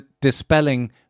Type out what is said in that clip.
dispelling